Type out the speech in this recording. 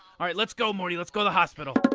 all right, let's go morty. let's go to hospital but